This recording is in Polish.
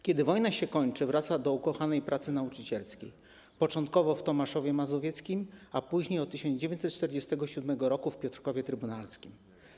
Kiedy wojna się skończyła, wrócił do ukochanej pracy nauczycielskiej - początkowo w Tomaszowie Mazowieckim, a później, od 1947 r., w Piotrkowie Trybunalskim.